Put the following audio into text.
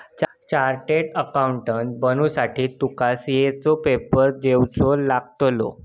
chartered accountant बनुसाठी तुका CA चो पेपर देवचो लागतलो